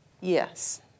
Yes